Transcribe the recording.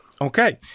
okay